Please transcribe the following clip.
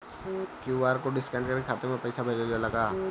QR code scan करके खाता में पैसा भेजल जाला का?